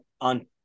on